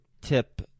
tip